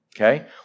Okay